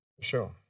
sure